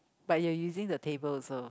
but you're using the table also